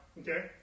okay